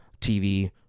TV